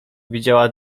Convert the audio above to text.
widziała